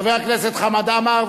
חבר הכנסת חמד עמאר,